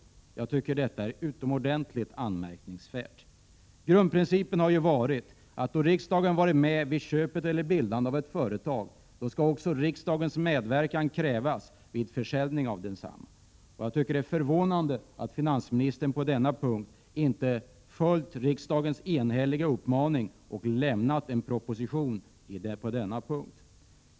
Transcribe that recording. Det tycker jag är utomordentligt anmärkningsvärt. Grundprincipen har alltid varit att då riksdagen varit med vid köpet av eller vid bildandet av ett företag, så skall också riksdagens medverkan krävas vid en försäljning av detsamma. Jag tycker det är förvånande att finansministern på denna punkt inte har följt riksdagens enhälliga uppmaning och lämnat en proposition i ärendet.